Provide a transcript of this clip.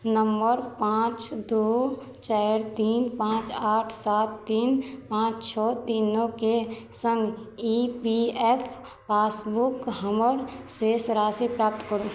number पाँच दू चारि तीन पाँच आठ सात तीन पाँच छओ तीन नओके सङ्ग ई पी एफ पासबुक हमर शेष राशि प्राप्त करू